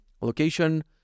location